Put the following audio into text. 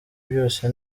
byose